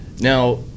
Now